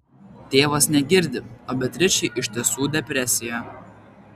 tėvas negirdi o beatričei iš tiesų depresija